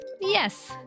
Yes